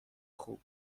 خوب